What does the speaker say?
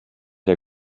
der